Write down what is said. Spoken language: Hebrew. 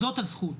זאת הזכות,